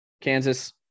Kansas